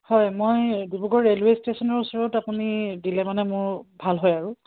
হয় মই ডিব্ৰুগড় ৰেলৱে ষ্টেশ্যনৰ ওচৰত আপুনি দিলে মানে মোৰ ভাল হয় আৰু